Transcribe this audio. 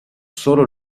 solo